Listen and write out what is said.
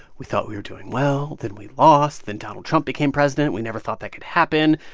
we thought we were doing well. then we lost. then donald trump became president. we never thought that could happen.